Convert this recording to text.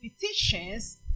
petitions